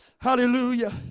Hallelujah